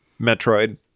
Metroid